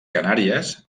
canàries